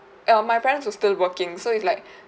err my parents were still working so it's like